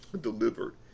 delivered